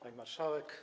Pani Marszałek!